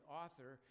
author